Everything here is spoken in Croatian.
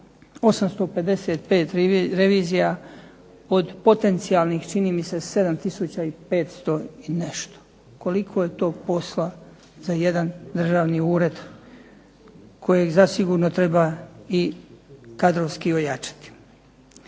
855 revizija pod potencijalnih čini mi se 7 tisuća i 500 i nešto. Koliko je to posla za jedan državni ured kojeg zasigurno treba i kadrovski ojačati.